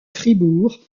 fribourg